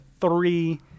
three